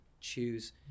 choose